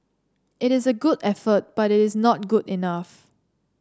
it is a good effort but it is not good enough